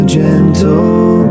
gentle